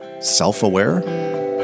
self-aware